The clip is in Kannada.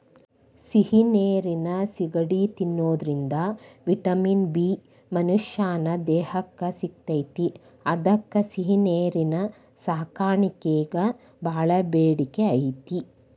ಸಿಹಿ ನೇರಿನ ಸಿಗಡಿ ತಿನ್ನೋದ್ರಿಂದ ವಿಟಮಿನ್ ಬಿ ಮನಶ್ಯಾನ ದೇಹಕ್ಕ ಸಿಗ್ತೇತಿ ಅದ್ಕ ಸಿಹಿನೇರಿನ ಸಾಕಾಣಿಕೆಗ ಬಾಳ ಬೇಡಿಕೆ ಐತಿ